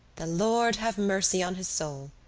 the lord have mercy on his soul,